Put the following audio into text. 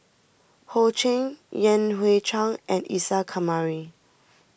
Ho Ching Yan Hui Chang and Isa Kamari